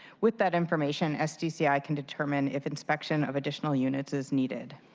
with that information as dci can determine if inspection of additional units is needed.